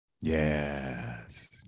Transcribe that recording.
yes